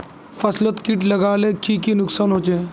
फसलोत किट लगाले की की नुकसान होचए?